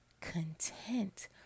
content